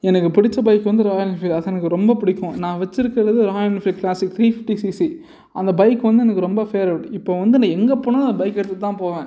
எனக்கு பிடிச்ச பைக் வந்து ராயல் என்ஃபீல்ட் அது எனக்கு ரொம்ப பிடிக்கும் நன் வச்சுருக்குறது Royal Enfield classic three fifty CC அந்த பைக் வந்து எனக்கு ரொம்ப ஃபேவரெட் இப்போ வந்து நான் எங்கே போனாலும் அந்த பைக் எடுத்தகிட்டு தான் போவேன்